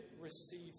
Receive